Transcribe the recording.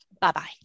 bye-bye